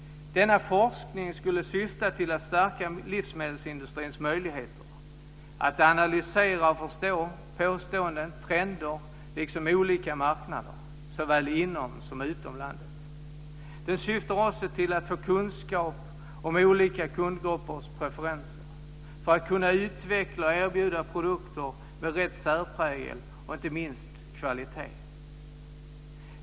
Denna forskning skulle syfta till att stärka livsmedelsindustrins möjligheter att analysera och förstå påståenden och trender liksom olika marknader såväl inom som utom landet. Den syftar också till att få kunskap om olika kundgruppers preferenser för att kunna utveckla och erbjuda produkter med rätt särprägel och inte minst kvalitet.